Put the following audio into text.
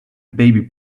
baby